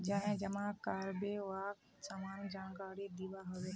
जाहें जमा कारबे वाक सामान्य जानकारी दिबा हबे